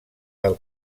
del